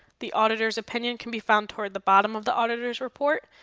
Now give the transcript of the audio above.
the auditors opinion can be found toward the bottom of the auditor's report.